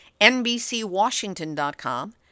NBCWashington.com